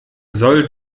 soll